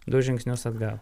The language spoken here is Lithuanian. du žingsnius atgal